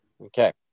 Okay